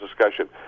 discussion